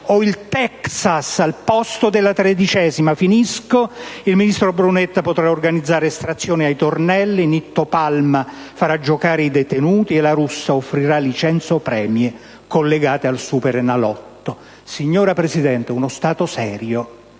hold'em al posto della tredicesima. Il ministro Brunetta potrà organizzare estrazioni ai tornelli, Nitto Palma farà giocare i detenuti e La Russa offrirà licenze premio collegate al Superenalotto». Signora Presidente, uno Stato serio